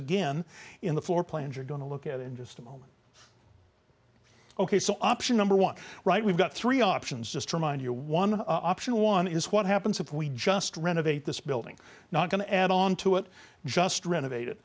again in the floor plans you're going to look at in just a moment ok so option number one right we've got three options just to remind you one option one is what happens if we just renovate this building not going to add on to it just renovate